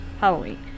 Halloween